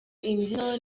imbyino